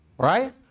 Right